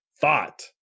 thought